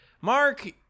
Mark